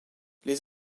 les